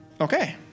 Okay